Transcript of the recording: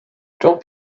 don’t